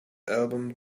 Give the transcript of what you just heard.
album